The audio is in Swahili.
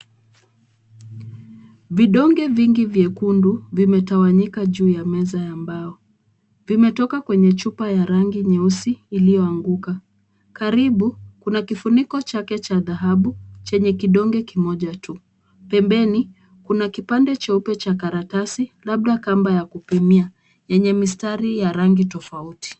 Vidonge vingi vyekundu vimetawanyika juu ya meza ya mbao. Vimetoka kwenye chupa ya rangi nyeusi iliyoanguka. Karibu, kuna kifuniko chake cha dhahabu chenye kidonge kimoja tu. Pembeni, kuna kipande cheupe cha karatasi labda kamba ya kupimia yenye mistari ya rangi tofauti.